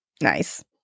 nice